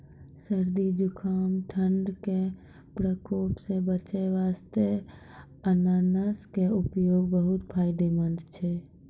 सर्दी, जुकाम, ठंड के प्रकोप सॅ बचै वास्तॅ अनानस के उपयोग बहुत फायदेमंद छै